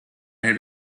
had